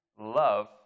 love